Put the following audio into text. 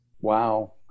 wow